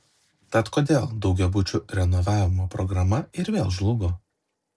tad kodėl daugiabučių renovavimo programa ir vėl žlugo